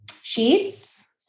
sheets